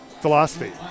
philosophy